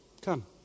Come